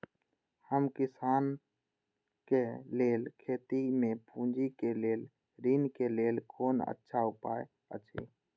हम किसानके लेल खेती में पुंजी के लेल ऋण के लेल कोन अच्छा उपाय अछि?